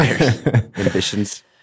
ambitions